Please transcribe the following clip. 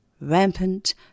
rampant